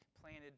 planted